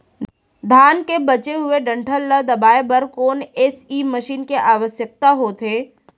धान के बचे हुए डंठल ल दबाये बर कोन एसई मशीन के आवश्यकता हे?